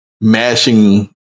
mashing